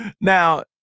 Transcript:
Now